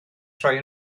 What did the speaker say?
troi